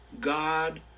God